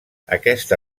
aquesta